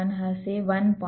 1 હશે 1